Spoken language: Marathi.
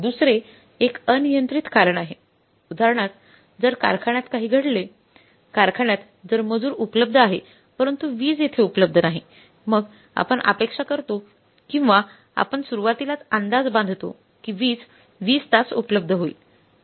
दुसरे एक अनियंत्रित कारण आहे उदाहरणार्थ जर कारखाण्यात काही घडले कारखाण्यात जर मजूर उपलब्ध आहे परंतु वीज येथे उपलब्ध नाही मग आपण अपेक्षा करतो किंवा आपण सुरुवातीलाच अंदाज बांधतो की वीज 20 तास उपलब्ध होईल